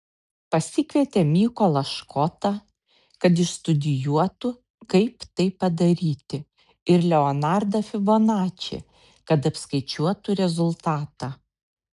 pasikvietė mykolą škotą kad išstudijuotų kaip tai padaryti ir leonardą fibonačį kad apskaičiuotų rezultatą